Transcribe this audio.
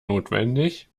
notwendig